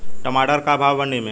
टमाटर का भाव बा मंडी मे?